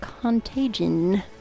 contagion